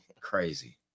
crazy